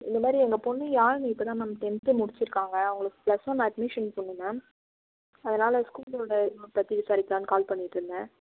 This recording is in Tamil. இந்தமாதிரி எங்கள் பொண்ணு யாழினி இப்போதான் மேம் டென்த்து முடிச்சிருக்காங்க அவங்களுக்கு ப்ளஸ் ஒன் அட்மிஷன் போடணும் மேம் அதனால் ஸ்கூலோட பற்றி விசாரிக்கலான்னு கால் பண்ணிட்டுருந்தேன்